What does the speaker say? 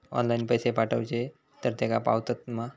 Online पैसे पाठवचे तर तेका पावतत मा?